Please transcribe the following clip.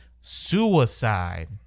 suicide